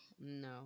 no